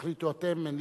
תחליטו אתם,